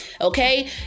Okay